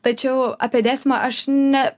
tačiau apie dėstymą aš ne